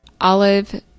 Olive